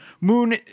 moon